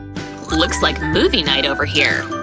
looks like movie night over here!